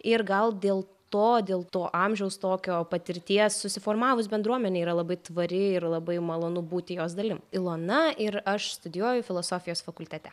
ir gal dėl to dėl to amžiaus tokio patirties susiformavus bendruomenė yra labai tvari ir labai malonu būti jos dalim ilona ir aš studijuoju filosofijos fakultete